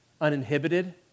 uninhibited